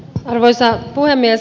arvoisa puhemies